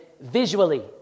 visually